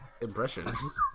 impressions